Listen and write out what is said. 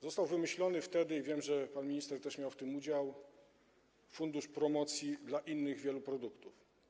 Został wymyślony wtedy - wiem, że pan minister też miał w tym udział - fundusz promocji dla wielu innych produktów.